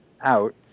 out